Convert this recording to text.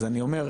אז אני אומר,